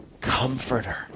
comforter